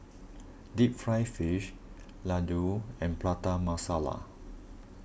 Deep Fried Fish Laddu and Prata Masala